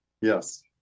Yes